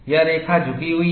यह रेखा झुकी हुई है